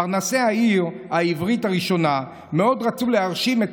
פרנסי העיר העברית הראשונה מאוד רצו להרשים את